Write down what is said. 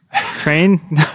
Train